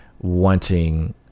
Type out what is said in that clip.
wanting